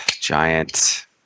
giant